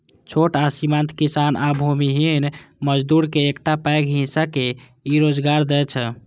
छोट आ सीमांत किसान आ भूमिहीन मजदूरक एकटा पैघ हिस्सा के ई रोजगार दै छै